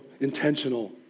intentional